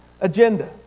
agenda